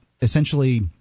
essentially